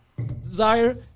Desire